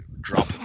drop